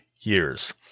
years